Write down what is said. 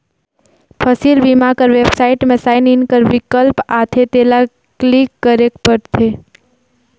फसिल बीमा कर बेबसाइट में साइन इन कर बिकल्प आथे तेला क्लिक करेक परथे